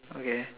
okay